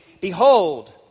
Behold